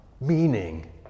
meaning